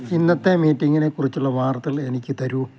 ഇന്നത്തെ മീറ്റിംഗിനെ കുറിച്ചുള്ള വാർത്തകൾ എനിക്ക് തരൂ